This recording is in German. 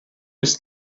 ist